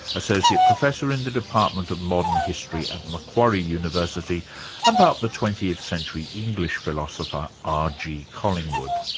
associate professor in the department of modern history at macquarie university about the twentieth century english philosopher, r. g. collingwood.